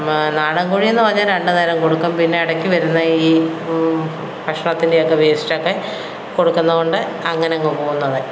നാടൻ കോഴിയെന്നു പറഞ്ഞാല് രണ്ട് നേരം കൊടുക്കും പിന്നെ ഇടയ്ക്കു വരുന്ന ഈ ഭക്ഷണത്തിൻ്റെയൊക്കെ വേസ്റ്റൊക്കെ കൊടുക്കുന്നതുകൊണ്ട് അങ്ങനെ അങ്ങ് പോകുന്നത്